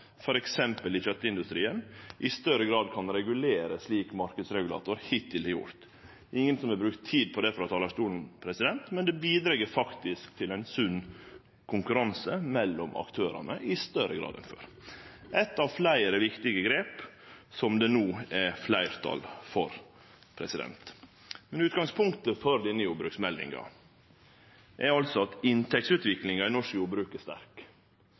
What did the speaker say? i f.eks. kjøtindustrien i større grad kan regulere slik marknadsregulator hittil har gjort. Det er ingen som har brukt tid på det frå talarstolen, men det bidreg faktisk til ein sunn konkurranse mellom aktørane i større grad enn før – eit av fleire viktige grep som det no er fleirtal for. Men utgangspunktet for denne jordbruksmeldinga er altså at inntektsutviklinga i norsk jordbruk er sterk